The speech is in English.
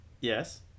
yes